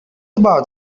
about